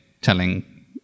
telling